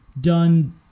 done